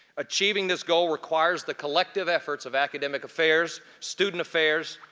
achieving this goal requires the collective efforts of academic affairs, student affairs,